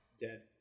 dead